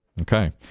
Okay